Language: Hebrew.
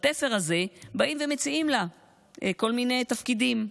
בתפר הזה באים ומציעים לה כל מיני תפקידים.